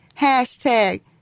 Hashtag